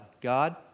God